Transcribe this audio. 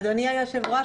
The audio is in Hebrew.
אדוני היושב-ראש,